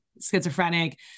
schizophrenic